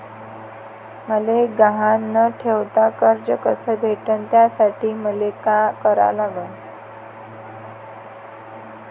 मले गहान न ठेवता कर्ज कस भेटन त्यासाठी मले का करा लागन?